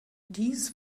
dies